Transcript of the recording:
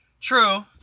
True